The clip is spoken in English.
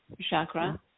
chakra